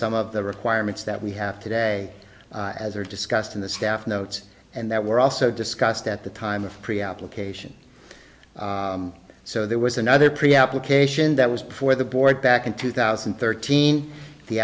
some of the requirements that we have today as are discussed in the staff notes and that were also discussed at the time of pre application so there was another pre application that was before the board back in two thousand and thirteen the